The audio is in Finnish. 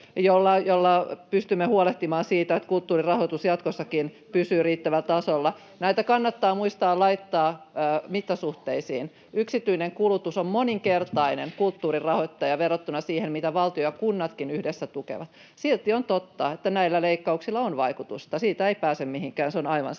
me pystymme huolehtimaan siitä, että kulttuurin rahoitus jatkossakin pysyy riittävällä tasolla. Näitä kannattaa muistaa laittaa mittasuhteisiin: yksityinen kulutus on moninkertainen kulttuurin rahoittaja verrattuna siihen, mitä valtio ja kunnatkin yhdessä tukevat. Silti on totta, että näillä leikkauksilla on vaikutusta. Siitä ei pääse mihinkään. Se on aivan selvä. Sen